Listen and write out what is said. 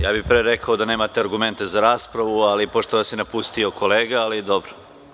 Ja bih pre rekao da nemate argumente za raspravu, ali pošto vas je napustio kolega, ali dobro.